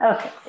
Okay